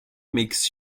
makes